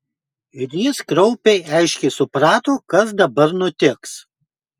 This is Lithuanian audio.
ir jis kraupiai aiškiai suprato kas dabar nutiks